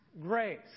grace